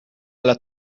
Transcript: alla